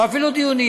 או אפילו דיונים.